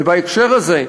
ובהקשר הזה,